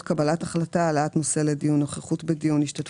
לא במקרה התחלתם את הדיון בלהבטיח את המצב